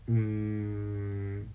mm